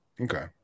Okay